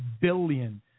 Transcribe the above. billion